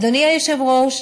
אדוני היושב-ראש,